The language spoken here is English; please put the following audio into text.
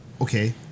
Okay